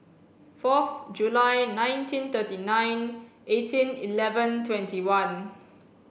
fourth July nineteen thirty nine eighteen eleven twenty one